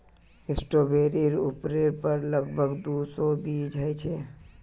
स्ट्रॉबेरीर उपरेर पर लग भग दो सौ बीज ह छे